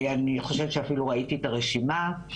אני חושבת שאפילו ראיתי את הרשימה.